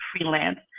freelance